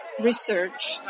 research